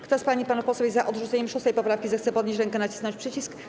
Kto z pań i panów posłów jest za odrzuceniem 6. poprawki, zechce podnieść rękę i nacisnąć przycisk.